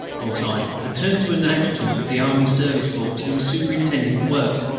thought i, and turned to an adjutant of the army service corps, who was superintending the work.